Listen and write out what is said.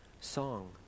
song